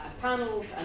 panels